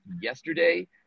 yesterday